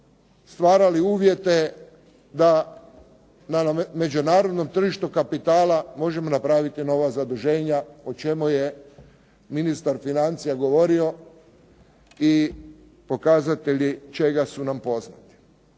stvarali uvjete da na međunarodnom tržištu kapitala možemo napraviti nova zaduženja o čemu je ministar financija govorio i pokazatelji čega su nam poznati.